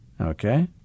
Okay